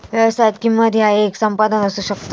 व्यवसायात, किंमत ह्या येक संपादन असू शकता